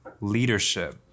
leadership